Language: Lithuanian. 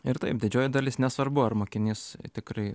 ir taip didžioji dalis nesvarbu ar mokinys tikrai